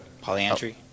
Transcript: polyandry